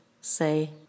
say